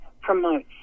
promotes